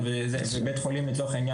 ובית חולים לצורך העניין,